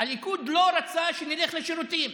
הליכוד לא רצה שנלך לשירותים.